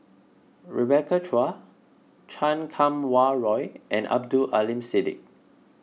Rebecca Chua Chan Kum Wah Roy and Abdul Aleem Siddique